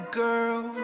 girl